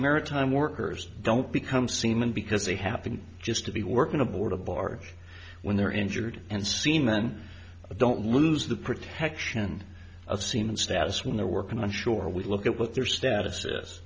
maritime workers don't become seamen because they happen just to be working aboard a barge when they're injured and seen then don't lose the protection of seamen status when they're working on shore we look at what their status